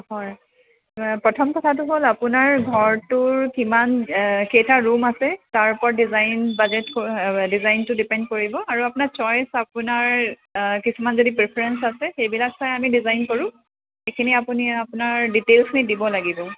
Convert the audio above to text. হয় প্ৰথম কথাটো হ'ল আপোনাৰ ঘৰটোৰ কিমান কেইটা ৰুম আছে তাৰ ওপৰত ডিজাইন বাজেট ডিজাইনটো ডিপেণ্ড কৰিব আৰু আপোনাৰ চইচ আপোনাৰ কিছুমান যদি প্ৰীফাৰেঞ্চ আছে সেইবিলাক চাই আমি ডিজাইন কৰোঁ সেইখিনি আপুনি আপোনাৰ ডিটেইলছখিনি দিব লাগিব